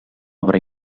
obra